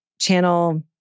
channel